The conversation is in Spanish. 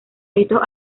estos